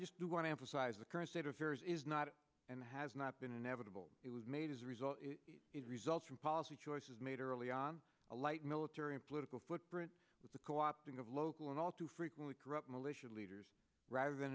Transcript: to emphasize the current state of affairs is not and has not been inevitable it was made as a result it results from policy choices made early on a light military and political footprint with the co opting of local and all too frequently corrupt militia leaders rather than